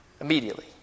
immediately